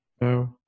No